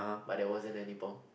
but there wasn't any bomb